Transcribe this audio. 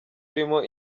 urimo